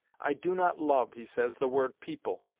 i do not love, he says, the word people.